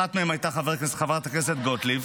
אחת מהם הייתה חברת הכנסת גוטליב,